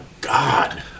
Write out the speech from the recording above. God